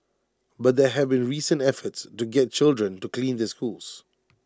but there have been recent efforts to get children to clean their schools